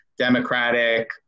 Democratic